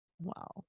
wow